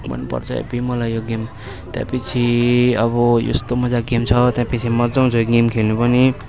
मन पर्छ हेभी मलाई यो गेम त्यहाँपिच्छे अब यस्तो मजाको गेम छ त्यहाँपिच्छे मजा आउँछ यो गेम खेल्नु पनि